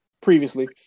previously